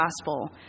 gospel